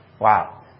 Wow